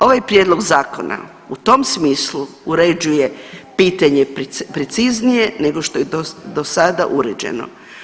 Ovaj prijedlog zakona u tom smislu uređuje pitanje preciznije nego što je to do sada uređeno.